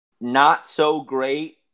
not-so-great